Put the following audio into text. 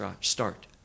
start